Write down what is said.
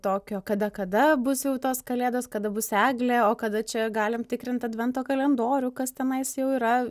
tokio kada kada bus jau tos kalėdos kada bus eglė o kada čia galim tikrinti advento kalendorių kas tenais jau yra